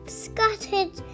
scattered